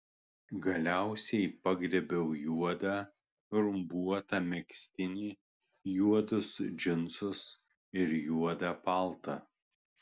galiausiai pagriebiau juodą rumbuotą megztinį juodus džinsus ir juodą paltą